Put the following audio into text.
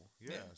yes